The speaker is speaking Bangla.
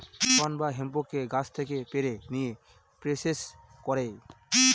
শন বা হেম্পকে গাছ থেকে পেড়ে নিয়ে প্রসেস করে